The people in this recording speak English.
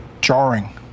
jarring